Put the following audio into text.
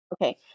Okay